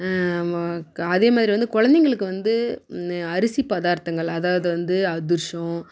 வ அதேமாதிரி வந்து குழந்தைங்களுக்கு வந்து அரிசி பதார்த்தங்கள் அதாவது வந்து அதிர்சம்